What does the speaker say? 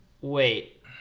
wait